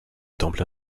temples